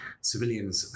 civilians